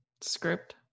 script